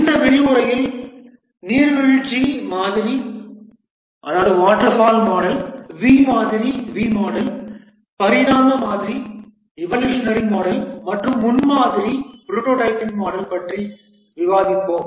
இந்த விரிவுரையில் நீர்வீழ்ச்சி மாதிரி வி மாதிரி பரிணாம மாதிரி மற்றும் முன்மாதிரி மாதிரி பற்றி விவாதிப்போம்